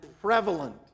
prevalent